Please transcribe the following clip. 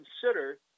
consider